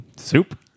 Soup